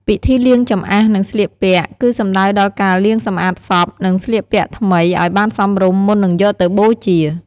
ពិធីលាងចម្អះ និងស្លៀកពាក់ គឺសំដៅដល់ការលាងសម្អាតសព និងស្លៀកពាក់ថ្មីឱ្យបានសមរម្យ មុននឺងយកទៅបូជា។